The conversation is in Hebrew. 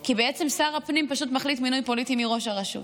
כי בעצם שר הפנים פשוט מחליט במינוי פוליטי מי ראש הרשות.